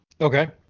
Okay